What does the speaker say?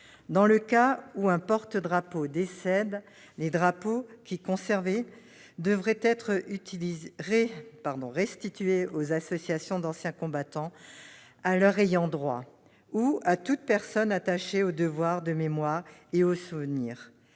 Dans le cas où un porte-drapeau décède, les drapeaux qu'il conservait devront être restitués aux associations d'anciens combattants, à leurs « ayants droit » ou à toute personne attachée au devoir de mémoire et au souvenir.